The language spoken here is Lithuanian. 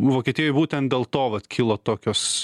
vokietijoj būtent dėl to vat kilo tokios